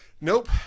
nope